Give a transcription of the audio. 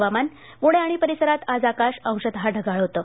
हवामान पुणे आणि परिसरांत आज आकाश अंशाता ढगाळ होतं